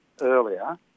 earlier